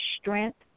strength